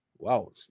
Wow